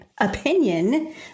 opinion